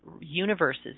universes